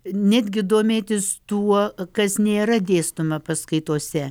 netgi domėtis tuo kas nėra dėstoma paskaitose